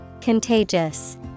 Contagious